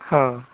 ହଁ